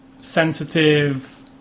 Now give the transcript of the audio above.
sensitive